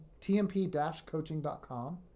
tmp-coaching.com